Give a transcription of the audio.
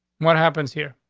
what happens here?